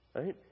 right